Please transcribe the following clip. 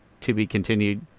to-be-continued